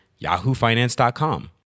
yahoofinance.com